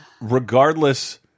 regardless